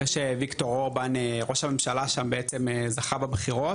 אחרי שויקטור אורבן ראש הממשלה שם בעצם זכה בבחירות,